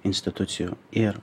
institucijų ir